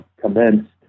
commenced